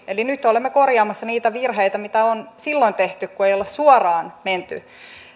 eli nyt olemme korjaamassa niitä virheitä mitä on silloin tehty kun ei olla suoraan menty